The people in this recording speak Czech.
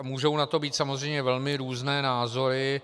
Můžou na to být samozřejmě velmi různé názory.